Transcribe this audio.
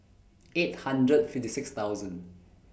eight hundred fifty six thousand